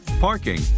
parking